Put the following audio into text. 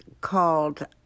called